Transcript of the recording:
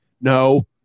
no